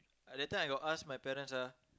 that time I got ask my parents ah